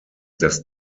das